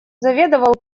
заведовал